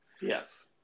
Yes